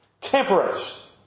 Temperance